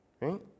right